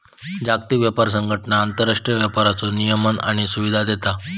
जागतिक व्यापार संघटना आंतरराष्ट्रीय व्यापाराचो नियमन आणि सुविधा देता